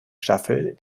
staffel